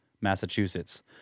Massachusetts